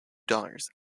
daughters